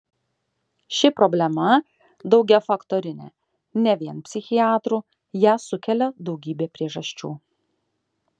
ši problema daugiafaktorinė ne vien psichiatrų ją sukelia daugybė priežasčių